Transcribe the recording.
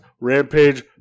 rampage